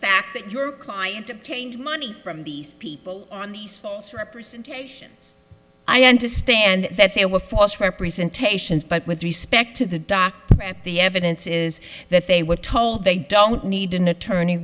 fact that your client obtained money from these people on these representations i understand that they were false representation but with respect to the dock the evidence is that they were told they don't need an attorney